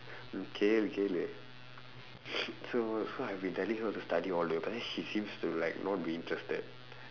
okay okay wait so so I've been telling her to study all the way but then she seems to like not be interested